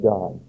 God